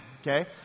Okay